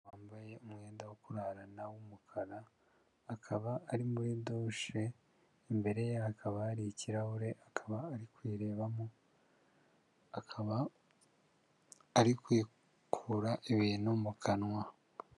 Umugore wambaye umwenda wo kurarana w'umukara, akaba ari muri dushe, imbere ye hakaba hari ikirahure, akaba ari kwirebamo, akaba ari kwikura ibintu mu kanwa.